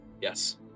Yes